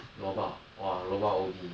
lorbak !wah! lorbak will be